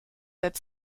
seit